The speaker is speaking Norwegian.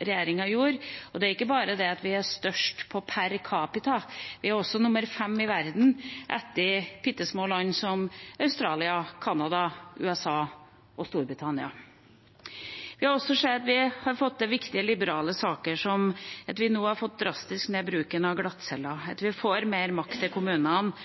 regjeringa gjorde. Og det er ikke bare det at vi er størst per capita, vi er også nr. 5 i verden – etter «bittesmå» land som Australia, Canada, USA og Storbritannia. Vi ser også at vi har fått til viktige liberale saker, som at vi nå har fått bruken av glattceller drastisk ned, at vi får mer makt til kommunene,